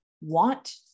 want